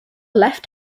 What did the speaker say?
left